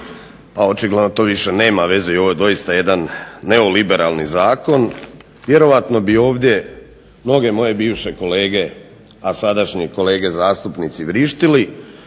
a očigledno to više nema veze i ovo je doista jedan neoliberalni zakon, vjerojatno bi ovdje mnoge moje bivše kolege, a sadašnji kolege zastupnici vrištali.